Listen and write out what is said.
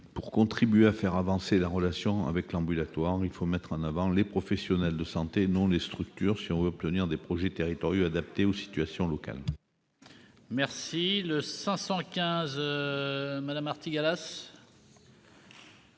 contribuent à faire avancer la relation avec l'ambulatoire. Il faut mettre en avant les professionnels de santé et non les structures si l'on veut obtenir des projets territoriaux adaptés aux situations locales. L'amendement